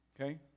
Okay